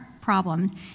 problem